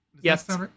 Yes